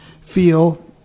feel